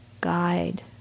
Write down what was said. guide